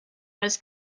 was